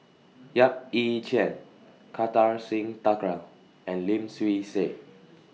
Yap Ee Chian Kartar Singh Thakral and Lim Swee Say